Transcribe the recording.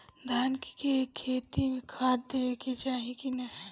धान के खेती मे खाद देवे के चाही कि ना?